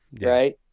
Right